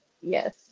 yes